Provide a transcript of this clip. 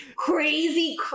crazy